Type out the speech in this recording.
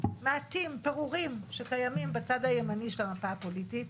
מעטים שקיימים בצד הימני של המפה הפוליטית,